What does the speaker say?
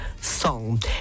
song